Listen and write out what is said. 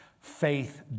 Faith